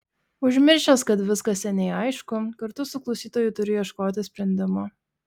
užmiršęs kad viskas seniai aišku kartu su klausytoju turiu ieškoti sprendimo